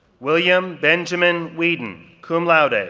william benjamin whedon, cum laude, ah